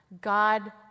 God